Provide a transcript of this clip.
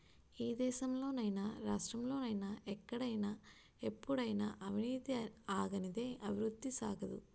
ఈ దేశంలో నైనా రాష్ట్రంలో నైనా ఎక్కడైనా ఎప్పుడైనా అవినీతి ఆగనిదే అభివృద్ధి సాగదు